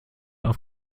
auf